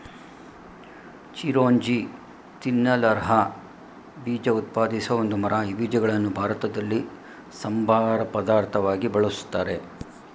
ಚಿರೋಂಜಿ ತಿನ್ನಲರ್ಹ ಬೀಜ ಉತ್ಪಾದಿಸೋ ಒಂದು ಮರ ಈ ಬೀಜಗಳನ್ನು ಭಾರತದಲ್ಲಿ ಸಂಬಾರ ಪದಾರ್ಥವಾಗಿ ಬಳುಸ್ತಾರೆ